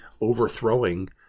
overthrowing